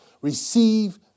receive